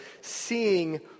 seeing